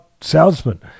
salesman